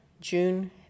June